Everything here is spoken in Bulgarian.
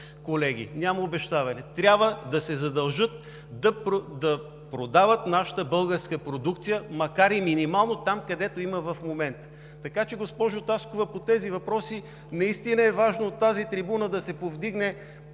колеги, няма обещаване! Трябва да се задължат да продават нашата българска продукция, макар и минимално там, където има в момента. Така че, госпожо Таскова, наистина е важно да се повдигнат